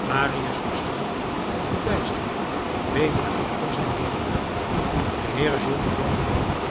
marius verstomd en verbijsterd beefde aan al zijn leden de heer gillenormand hernam